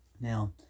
Now